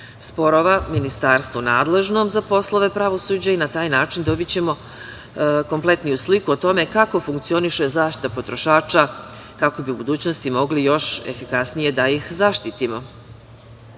sporova, Ministarstvu nadležnom za poslove pravosuđa i na taj način dobićemo kompletniju sliku o tome kako funkcioniše zaštita potrošača kako bi u budućnosti mogli još efikasnije da ih zaštitimo. Druga